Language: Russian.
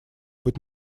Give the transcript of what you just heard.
быть